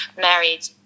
married